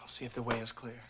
i'll see if the way is clear